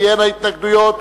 תהיינה התנגדויות,